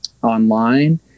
online